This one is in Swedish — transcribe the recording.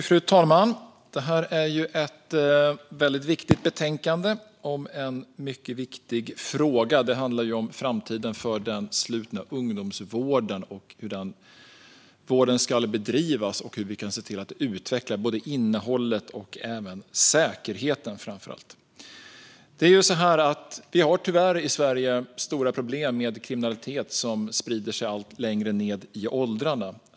Fru talman! Det här är ett väldigt viktigt betänkande om en mycket viktig fråga. Det handlar om framtiden för den slutna ungdomsvården, hur den vården ska bedrivas och hur vi kan se till att utveckla både innehållet och framför allt säkerheten. Vi har tyvärr i Sverige stora problem med kriminalitet som sprider sig allt längre ned i åldrarna.